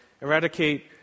eradicate